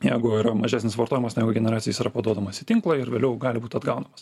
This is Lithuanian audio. jeigu yra mažesnis vartojimas negu generacija jis yra paduodamas į tinklą ir vėliau gali būt atgaunamas